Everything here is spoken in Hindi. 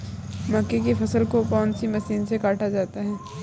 मक्के की फसल को कौन सी मशीन से काटा जाता है?